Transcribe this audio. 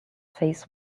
face